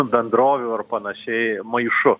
bendrovių ar panašiai maišu